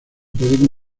pueden